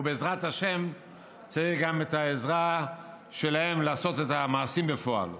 ובעזרת השם צריך גם את העזרה שלהם לעשות את המעשים בפועל.